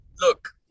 Look